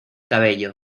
cabello